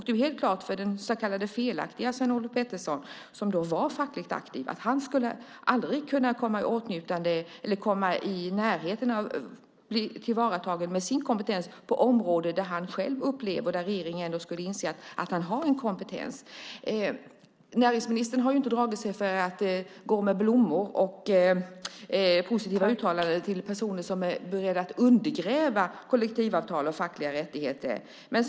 Det är helt klart att den felaktiga Lars-Olof Pettersson som var fackligt aktiv aldrig skulle bli tillvaratagen med sin kompetens på områden där han själv upplever att regeringen borde inse att han har kompetens. Näringsministern har inte dragit sig för att gå med blommor och positiva uttalanden till personer som är beredda att undergräva kollektivavtal och fackliga rättigheter.